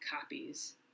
copies